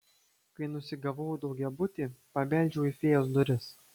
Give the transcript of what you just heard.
kai nusigavau į daugiabutį pabeldžiau į fėjos duris